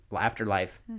afterlife